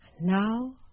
now